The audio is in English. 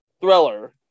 Thriller